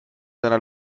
seiner